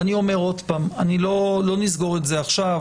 ואני אומר עוד פעם, לא נסגור את זה עכשיו.